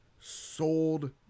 sold